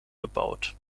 erbaut